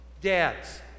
dads